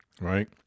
right